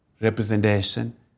representation